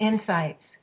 insights